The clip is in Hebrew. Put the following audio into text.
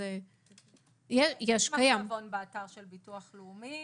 יש מחשבון באתר של הביטוח הלאומי,